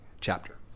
chapter